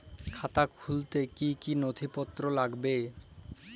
খাতা খুলতে কি কি নথিপত্র লাগবে?